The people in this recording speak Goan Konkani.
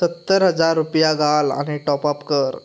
सत्तर हजार रुपया घाल आनी टॉप आप कर